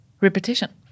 repetition